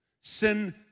Sin